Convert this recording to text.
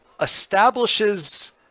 establishes